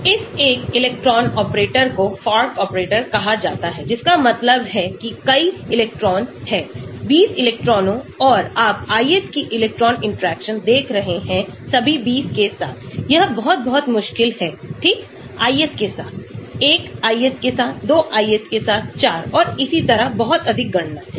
इस एक electron operator को फॉक ऑपरेटर कहा जाता है जिसका मतलब है कि कई इलेक्ट्रॉन हैं 20 इलेक्ट्रॉनों और आप ith कि इलेक्ट्रॉन इंटरैक्शन देख रहे हैंसभी 20 के साथ यह बहुत बहुत मुश्किल हैठीक ith के साथ 1 ith के साथ 2 ith के साथ 4 और इसी तरह बहुत अधिक गणनाएं